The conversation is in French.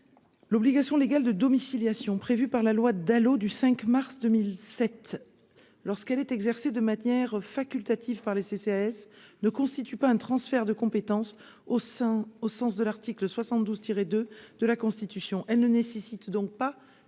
L'obligation légale de domiciliation, prévu par la loi Dalo du 5 mars 2007 lorsqu'elle est exercée de manière facultative par les CCAS ne constitue pas un transfert de compétences au sein au sens de l'article 72 tiré de de la constitution, elle ne nécessite donc pas